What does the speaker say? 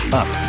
up